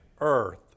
earth